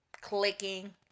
clicking